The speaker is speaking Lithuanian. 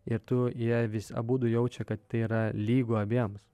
ir tu jie vis abudu jaučia kad tai yra lygu abiems